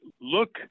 look